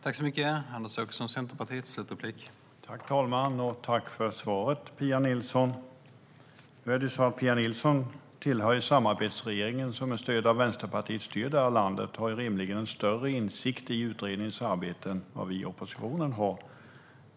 Herr talman! Tack för svaret, Pia Nilsson! Pia Nilsson tillhör samarbetsregeringen, som med stöd av Vänsterpartiet styr detta land, och har rimligen större insikt i utredningens arbete än vad vi i oppositionen har.